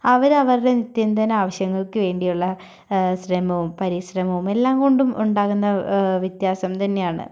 അവർ അവരുടെ നിത്യംദിന ആവശ്യങ്ങൾക്ക് വേണ്ടിയുള്ള ശ്രമവും പരിശ്രമവും എല്ലാംകൊണ്ടും ഉണ്ടാകുന്ന വ്യത്യാസം തന്നെയാണ്